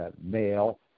male